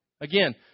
Again